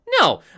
no